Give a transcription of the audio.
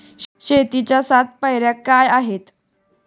शेतीच्या सात पायऱ्या काय आहेत?